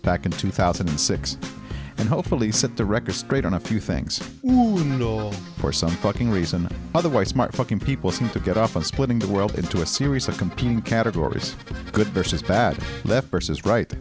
back in two thousand and six and hopefully set the record straight on a few things uno for some fuckin reason otherwise smart fucking people seem to get off on splitting the world into a series of competing categories good versus bad left versus right